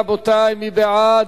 רבותי, מי בעד,